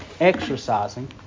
exercising